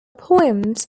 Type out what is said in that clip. poems